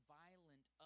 violent